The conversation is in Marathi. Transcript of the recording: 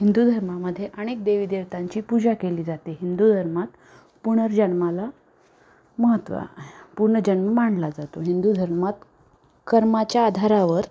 हिंदू धर्मामध्ये अनेक देवीदेवतांची पूजा केली जाते हिंदू धर्मात पुनर्जन्माला महत्त्व आहे पुनर्जन्म मांनला जातो हिंदू धर्मात कर्माच्या आधारावर